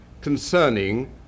concerning